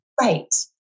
Right